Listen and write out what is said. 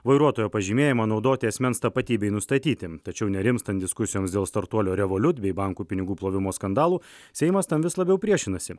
vairuotojo pažymėjimą naudoti asmens tapatybei nustatyti tačiau nerimstant diskusijoms dėl startuolio revolut bei bankų pinigų plovimo skandalų seimas tam vis labiau priešinasi